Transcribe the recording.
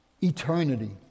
eternity